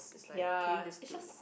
ya is just